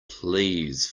please